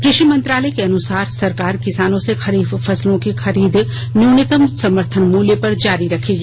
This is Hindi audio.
कृषि मंत्रालय के अनुसार सरकार किसानों से खरीफ फसलों की खरीद न्यूनतम समर्थन मूल्य पर जारी रखेगी